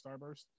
Starburst